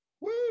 Woo